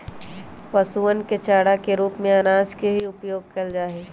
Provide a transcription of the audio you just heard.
पशुअन के चारा के रूप में अनाज के भी उपयोग कइल जाहई